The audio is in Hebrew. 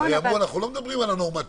אמרו: אנחנו לא מדברים על הנורמטיביים,